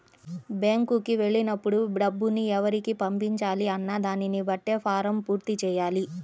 బ్యేంకుకి వెళ్ళినప్పుడు డబ్బుని ఎవరికి పంపించాలి అన్న దానిని బట్టే ఫారమ్ పూర్తి చెయ్యాలి